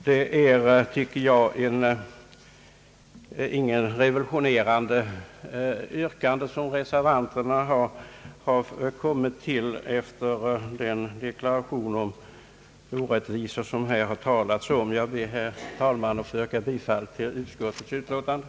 Det är, tycker jag, inget revolutionerande yrkande efter den deklaration om orättvisor som har gjorts här. Herr talman! Jag ber att få yrka bifall till utskottets hemställan.